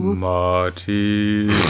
Marty